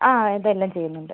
അതെ അതെല്ലാം ചെയ്യുന്നുണ്ട്